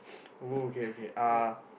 oh okay okay uh